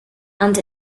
and